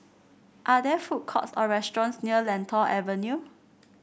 are there food courts or restaurants near Lentor Avenue